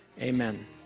Amen